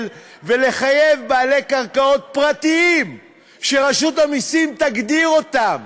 ולחייב בעלי קרקעות פרטיים שרשות המסים תגדיר אותם